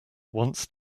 once